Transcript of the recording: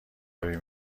آبی